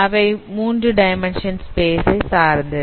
அவை 3 dimension space சார்ந்தது